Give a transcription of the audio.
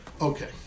Okay